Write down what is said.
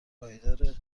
پایدارmباید